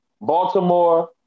Baltimore